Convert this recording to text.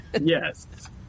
Yes